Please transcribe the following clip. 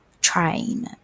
train